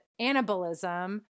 anabolism